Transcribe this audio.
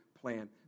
plan